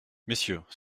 messieurs